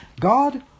God